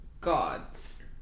gods